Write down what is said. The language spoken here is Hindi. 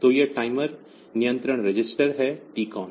तो यह टाइमर नियंत्रण रजिस्टर है टीकॉन